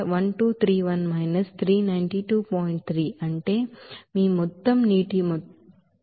3 అంటే మీ మొత్తం నీటి మొత్తం అవుతుంది